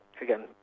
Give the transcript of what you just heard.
again